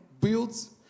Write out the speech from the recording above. builds